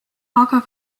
aga